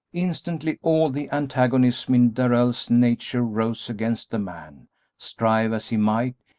instantly all the antagonism in darrell's nature rose against the man strive as he might,